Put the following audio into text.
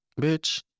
bitch